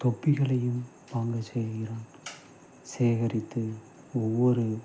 தொப்பிகளையும் வாங்க செய்கிறான் சேகரித்து ஒவ்வொரு